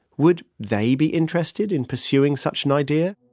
would they be interested in pursuing such an idea?